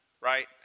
Right